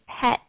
pet